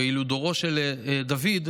ואילו דורו של דוד,